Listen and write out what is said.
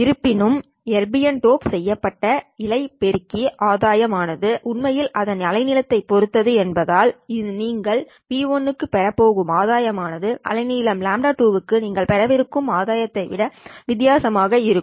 இருப்பினும் erbium dope செய்யப்பட்ட இழை பெருக்கி ஆதாயம் ஆனது உண்மையில் அதன் அலைநீளத்தைப் பொறுத்தது என்பதால் நீங்கள் P1 க்குப் பெறப் போகும் ஆதாயம் ஆனது அலைநீளம் λ2 க்கு நீங்கள் பெறவிருக்கும் ஆதாயத்தை விட வித்தியாசமாக இருக்கும்